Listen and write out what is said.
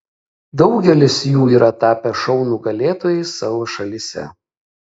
daugelis jų yra tapę šou nugalėtojais savo šalyse